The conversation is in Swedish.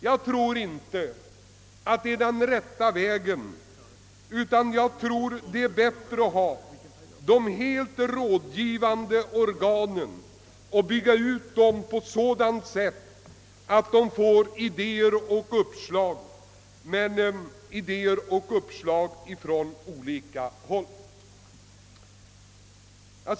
Jag tror inte att denna väg är den rätta utan anser att det är bättre att ha de nu helt rådgivande organen och bygga ut dem på ett sådant sätt att de kan ta emot idéer och uppslag från olika håll.